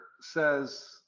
says